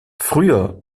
früher